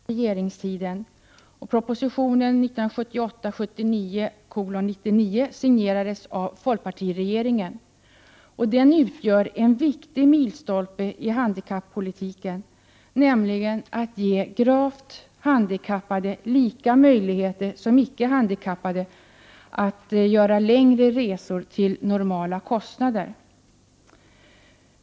Herr talman! Riksfärdtjänsten tillkom under den borgerliga regeringstiden. Propositionen 1978/79:99 signerades av folkpartiregeringen, och den utgör en viktig milstolpe i handikappolitiken, nämligen att ge även gravt handikappade samma möjligheter som icke handikappade att göra längre resor till normala kostnader.